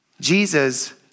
Jesus